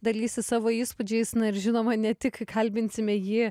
dalysis savo įspūdžiais na ir žinoma ne tik kalbinsime jį